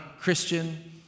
Christian